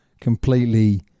completely